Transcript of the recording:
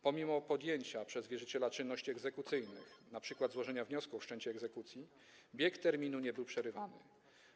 Pomimo podjęcia przez wierzyciela czynności egzekucyjnych, np. złożenia wniosku o wszczęcie egzekucji, bieg terminu nie był przerywany.